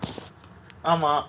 ஆமா:aama